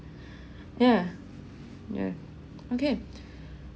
ya ya okay